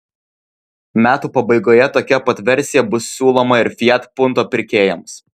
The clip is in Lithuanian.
metų pabaigoje tokia pat versija bus siūloma ir fiat punto pirkėjams